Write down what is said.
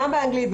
גם באנגלית,